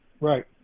right